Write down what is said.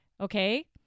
okay